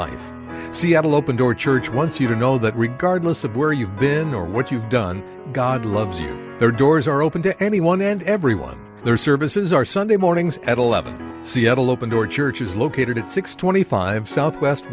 life seattle open door church once you know that regardless of where you've been or what you've done god loves you there doors are open to anyone and everyone their services are sunday mornings at eleven seattle open door church is located at six twenty five south west